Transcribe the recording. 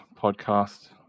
podcast